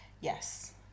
Yes